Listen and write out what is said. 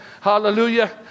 Hallelujah